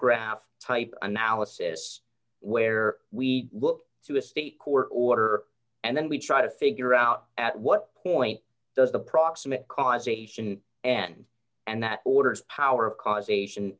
graph type analysis where we look to a state court order and then we try to figure out at what point does the proximate cause a sin and and that orders power of causation